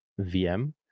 VM